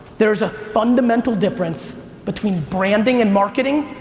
there's a fundamental difference between branding and marketing,